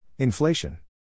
Inflation